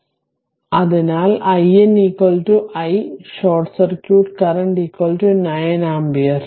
അതിനാൽ iN i short circuit current 9 ampere